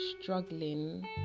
struggling